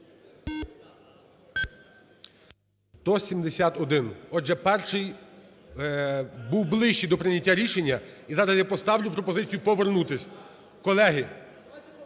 За-171 Отже, перший був ближчий до прийняття рішення, і зараз я його поставлю, пропозицію повернутись. Колеги,